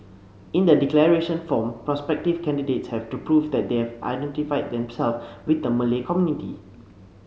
in the declaration form prospective candidates have to prove that they have identified themselves with the Malay community